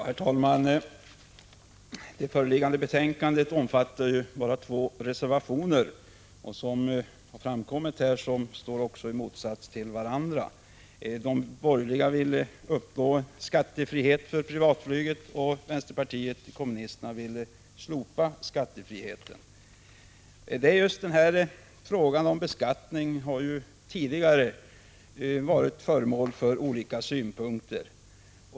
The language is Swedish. Herr talman! Det föreliggande betänkandet omfattar bara två reservationer. Som framkommit står dessa i motsats till varandra. De borgerliga vill uppnå skattefrihet för privatflyget, och vänsterpartiet kommunisterna vill slopa skattefriheten. I fråga om just beskattningen har tidigare framförts olika synpunkter.